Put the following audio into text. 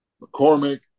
McCormick